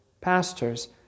pastors